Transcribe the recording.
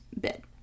bit